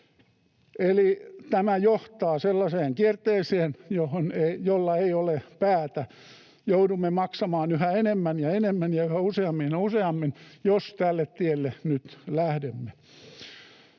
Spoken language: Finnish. Eli tämä johtaa sellaiseen kierteeseen, jolla ei ole päätä. Joudumme maksamaan yhä enemmän ja enemmän ja yhä useammin ja useammin, jos tälle tielle nyt lähdemme.